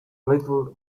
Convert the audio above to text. little